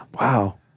Wow